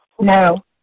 no